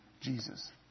Jesus